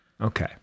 Okay